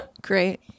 Great